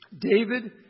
David